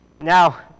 Now